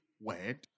word